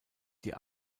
die